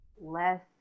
less